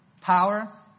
power